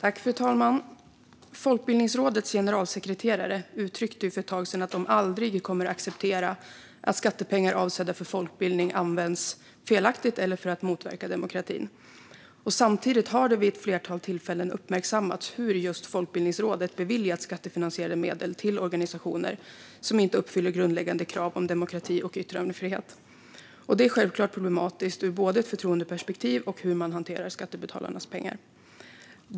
Fru talman! Folkbildningsrådets generalsekreterare uttryckte för ett tag sedan att de aldrig kommer att acceptera att skattepengar avsedda för folkbildning används felaktigt eller för att motverka demokratin. Samtidigt har det vid ett flertal tillfällen uppmärksammats hur just Folkbildningsrådet beviljat skattefinansierade medel till organisationer som inte uppfyller grundläggande krav på demokrati och yttrandefrihet. Det är självklart problematiskt både ur ett förtroendeperspektiv och när det gäller hur man hanterar skattebetalarnas pengar.